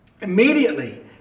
Immediately